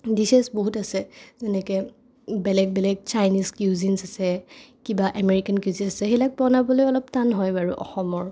dishes বহুত আছে যেনেকৈ বেলেগ বেলেগ চাইনিজ কিউজিনচ আছে কিবা এমেৰিকান কিজিছ আছে সেইবিলাক বনাবলৈ টান হয় বাৰু অসমৰ